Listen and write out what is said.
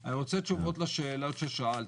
אני רוצה תשובות לשאלות ששאלתי,